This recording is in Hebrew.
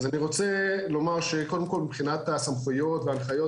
אני רוצה לומר שקודם כל מבחינת הסמכויות וההנחיות,